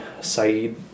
Saeed